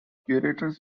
curators